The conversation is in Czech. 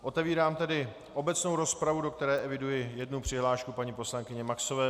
Otevírám tedy obecnou rozpravu, do které eviduji jednu přihlášku paní poslankyně Maxové.